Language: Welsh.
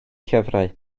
llyfrau